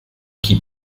qui